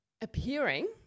appearing